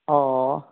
ꯑꯣ